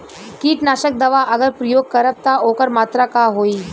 कीटनाशक दवा अगर प्रयोग करब त ओकर मात्रा का होई?